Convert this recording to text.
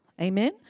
Amen